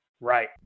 Right